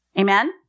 Amen